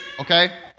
Okay